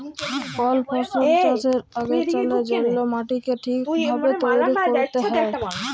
call ফসল চাষের আগেক তার জল্যে মাটিকে ঠিক ভাবে তৈরী ক্যরতে হ্যয়